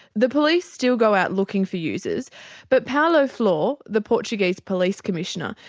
the police still go out looking for users but paulo flor, the portuguese police commissioner,